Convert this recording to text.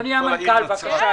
אדוני מנכ"ל משרד הבריאות, בבקשה.